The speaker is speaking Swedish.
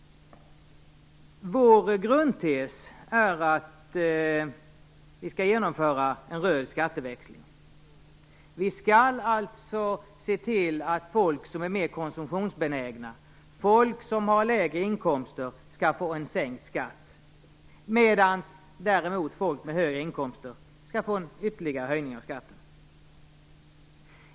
Vår grundtes är att vi skall genomföra en röd skatteväxling. Vi skall alltså se till att människor som är mer konsumtionsbenägna, människor som har lägre inkomster, får en sänkt skatt, medan däremot människor med högre inkomster skall få en ytterligare höjning av skatten.